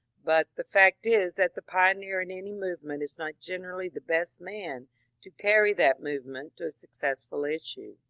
but the fact is that the pioneer in any movement is not generally the best man to carry that movement to a successful issue.